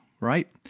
Right